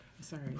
Sorry